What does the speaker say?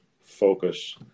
focus